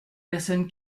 personne